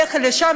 לכי לשם,